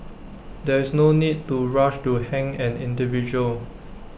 there is no need to rush to hang an individual